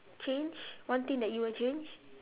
change one thing that you would change